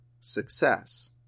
success